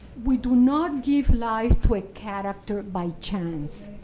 we do not give life to a character by chance.